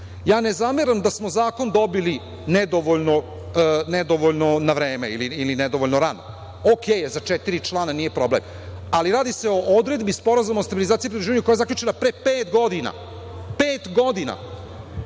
ne zameram da smo zakon dobili nedovoljno na vreme, ili nedovoljno rano, „okej“ je za četiri člana, nije problem, ali radi se o odredbi Sporazuma o stabilizaciji i pridruživanju koji je zaključena pre pet godina. Pet godina.